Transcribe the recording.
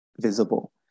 visible